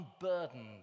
unburdened